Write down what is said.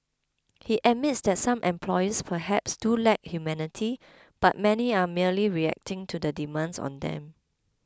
he admits that some employers perhaps do lack humanity but many are merely reacting to the demands on them